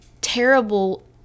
terrible